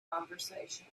conversation